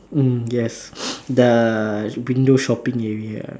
mm yes the window shopping area